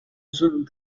zones